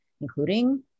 including